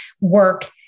work